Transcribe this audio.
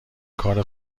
کار